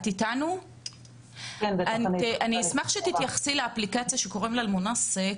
אני אשמח שתתייחסי לאפליקציה שנקראת אל מונסק